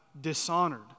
dishonored